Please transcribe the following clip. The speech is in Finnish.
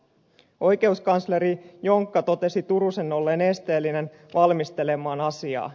oikeuskansleri jonkka totesi turusen olleen esteellinen valmistelemaan asiaa